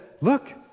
look